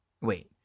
Wait